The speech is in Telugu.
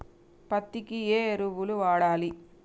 పత్తి కి ఏ ఎరువులు వాడాలి?